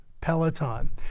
Peloton